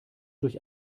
durch